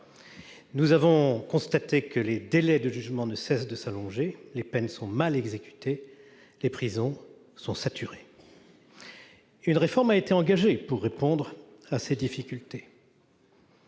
Nous constatons que les délais de jugement ne cessent de s'allonger. Les peines sont mal exécutées. Les prisons sont saturées. Une réforme a été engagée pour répondre à ces difficultés.